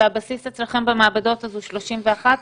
והבסיס אצלכם במעבדות הוא 31?